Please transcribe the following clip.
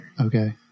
Okay